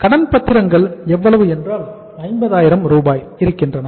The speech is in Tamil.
கடன்பத்திரங்கள் எவ்வளவு என்றால் 50000 ரூபாய்க்கு இருக்கின்றன